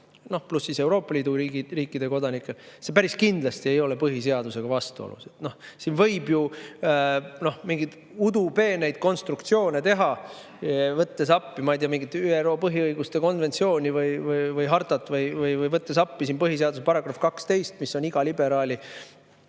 pluss siis Euroopa Liidu riikide kodanikel, päris kindlasti ei ole põhiseadusega vastuolus. Siin võib ju mingeid udupeeneid konstruktsioone teha, võttes appi, ma ei tea, mingi ÜRO põhiõiguste konventsiooni või harta või põhiseaduse § 12, mis on iga liberaali